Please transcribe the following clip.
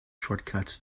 shortcuts